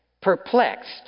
perplexed